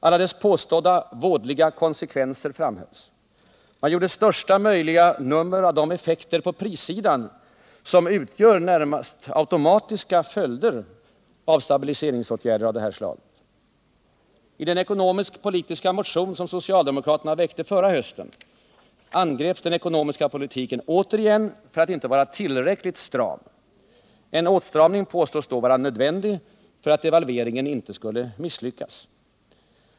Alla deras påstådda vådliga konsekvenser framhölls. Man gjorde största möjliga nummer av de effekter på prissidan som utgör närmast automatiska följder av dylika stabiliseringsåtgärder. I den ekonomiskpolitiska motion som socialdemokraterna väckte förra hösten angreps den ekonomiska politiken återigen för att inte vara tillräckligt stram. En åtstramning påstods då vara nödvändig för att devalveringen inte skulle misslyckas.